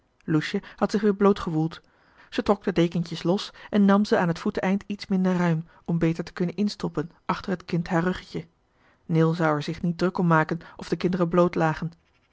loesje had zich weer blootgewoeld zij trok de dekentjes los en nam ze aan het voeteneind iets minder ruim om beter te kunnen instoppen achter het kind haar ruggetje neel zou er zich niet druk om maken of de kinderen bloot lagen